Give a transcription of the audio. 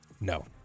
No